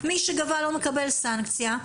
מי שגבה לא מקבל סנקציה,